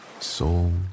soul